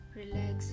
relax